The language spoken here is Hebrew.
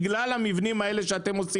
בגלל המבנים האלה שאתם עושים